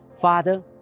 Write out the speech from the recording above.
Father